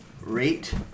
rate